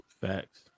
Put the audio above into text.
facts